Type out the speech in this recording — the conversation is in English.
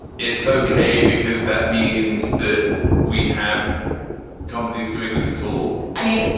it's ok because that means that we have companies doing this at all i mean,